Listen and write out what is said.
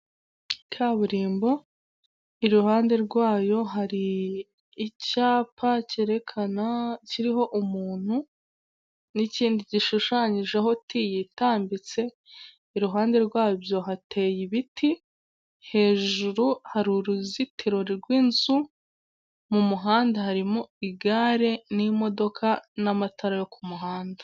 Kaburimbo iruhande rwayo hari icyapa cyerekana/kiriho umuntu, n'ikindi gishushanyijeho ti yitambitse iruhande rwabyo hateye ibiti, hejuru hari uruzitiro rw'inzu, mu muhanda harimo igare n'imodoka, n'amatara yo ku muhanda.